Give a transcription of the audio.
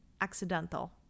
accidental